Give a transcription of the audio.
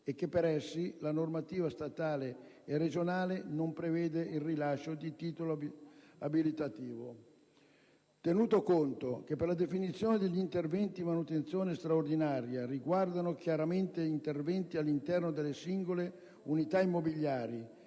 e che per essi la normativa statale e regionale non prevede il rilascio di titolo abilitativo, tenuto conto che gli interventi di manutenzione straordinaria riguardano chiaramente interventi all'interno delle singole unità immobiliari